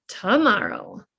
tomorrow